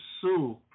sue